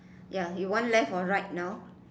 ya you want left or right now